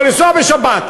יכול לנסוע בשבת.